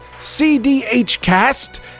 cdhcast